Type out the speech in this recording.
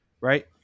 right